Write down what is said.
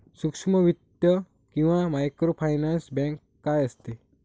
सूक्ष्म वित्त किंवा मायक्रोफायनान्स बँक काय असते?